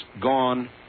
gone